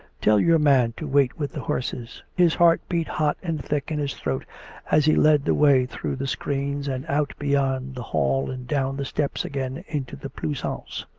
tell your man to wait with the horses. his heart beat hot and thick in his throat as he led the way through the screens and out beyond the hall and down the steps again into the pleasaunce.